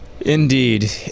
Indeed